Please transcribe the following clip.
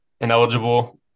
ineligible